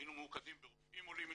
היינו --- ברופאים עולים מצרפת,